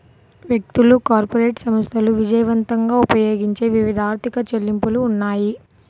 వ్యక్తులు, కార్పొరేట్ సంస్థలు విజయవంతంగా ఉపయోగించే వివిధ ఆర్థిక చెల్లింపులు ఉన్నాయి